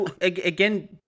Again